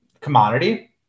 commodity